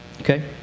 Okay